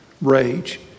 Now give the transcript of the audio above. rage